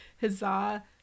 huzzah